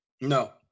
No